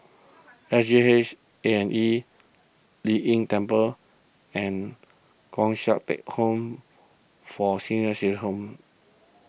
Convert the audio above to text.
S G H A and E Lei Yin Temple and Thong Teck Home for Senior City Home